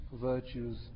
virtues